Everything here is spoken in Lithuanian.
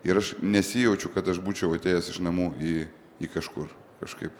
ir aš nesijaučiau kad aš būčiau atėjęs iš namų į į kažkur kažkaip